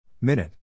Minute